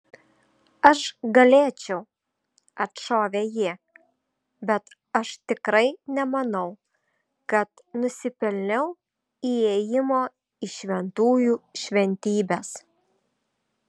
aš galėčiau atšovė ji bet aš tikrai nemanau kad nusipelniau įėjimo į šventųjų šventybes